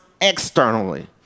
externally